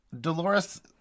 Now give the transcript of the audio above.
Dolores